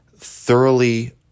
thoroughly